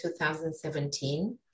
2017